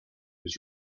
was